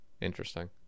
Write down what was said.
Interesting